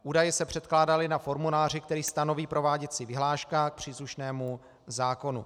Údaje se předkládali na formuláři, který stanoví prováděcí vyhláška k příslušnému zákonu.